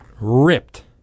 ripped